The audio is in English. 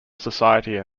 society